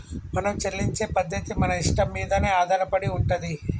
మనం చెల్లించే పద్ధతి మన ఇష్టం మీదనే ఆధారపడి ఉంటది